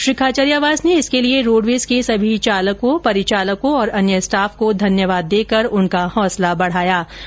श्री खाचरियावास ने इसके लिए रोडवेज के सभी चालक परिचालकों और अन्य स्टाफ को धन्यवाद देकर उनका हौसला बढाया है